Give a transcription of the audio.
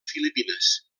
filipines